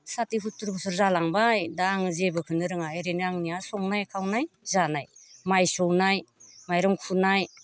साति सुत्तुर बोसोर जालांबाय दा आं जेबोखोनो रोङा ओरैनो आंनिया संनाय खावनाय जानाय माइ सौनाय माइरं फुनाय